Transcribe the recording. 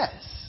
Yes